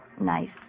Nice